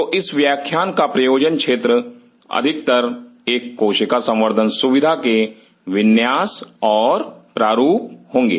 तो इस व्याख्यान का प्रयोजन क्षेत्र अधिकतर एक कोशिका संवर्धन सुविधा के विन्यास और प्रारूप होंगे